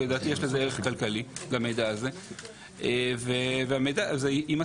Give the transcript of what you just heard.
אבל לדעתי יש למידע הזה ערך כלכלי והמידע הזה יימסר,